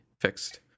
fixed